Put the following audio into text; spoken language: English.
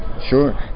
Sure